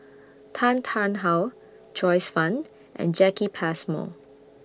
Tan Tarn How Joyce fan and Jacki Passmore